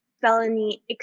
felony